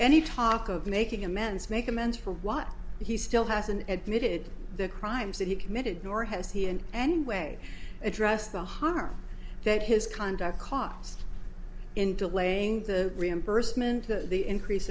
any talk of making amends make amends for what he still has an admitted the crimes that he committed nor has he in any way address the harm that his conduct cost in delaying the reimbursement to the increase